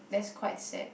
that's quite sad